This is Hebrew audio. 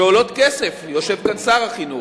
שעולות כסף, יושב כאן שר החינוך,